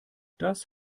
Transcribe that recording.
das